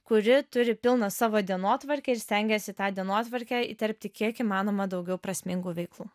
kuri turi pilną savo dienotvarkę ir stengiasi tą dienotvarkę įterpti kiek įmanoma daugiau prasmingų veiklų